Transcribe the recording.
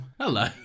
hello